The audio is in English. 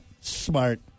smart